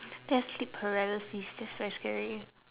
that's sleep paralysis that's quite scary